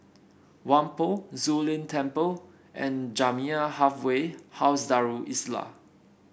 Whampoa Zu Lin Temple and Jamiyah Halfway House Darul Islah